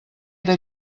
era